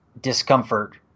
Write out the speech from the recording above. discomfort